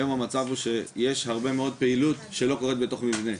היום המצב הוא שיש הרבה מאוד פעילות שלא קורית בתוך מבנה.